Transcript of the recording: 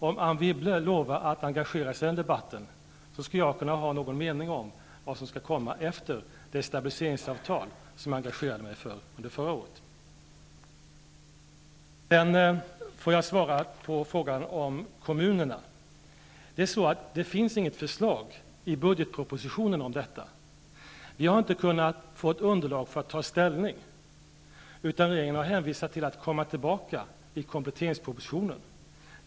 Om Anne Wibble lovar att engagera sig i den debatten, skall jag nog kunna ha någon mening om vad som skall komma efter det stabiliseringsavtal som jag engagerade mig för under förra året. Låt mig sedan svara på frågan om kommunerna. Det finns inget förslag i budgetpropositionen om detta. Vi har inte fått något underlag för att ta ställning, utan regeringen har hänvisat till att man skall komma tillbaka i kompletteringspropositionen.